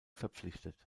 verpflichtet